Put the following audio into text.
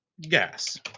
gas